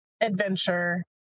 adventure